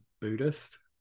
Buddhist